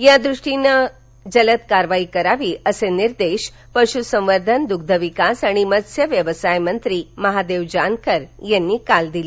त्यादृष्टीनं गतीनं कार्यवाही करावी असे निर्देश पशुसंवर्धन दग्धविकास आणि मत्स्यव्यवसायमंत्री महादेव जानकर यांनी काल दिले